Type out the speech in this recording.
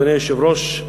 אדוני היושב-ראש,